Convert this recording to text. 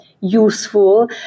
useful